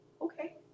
okay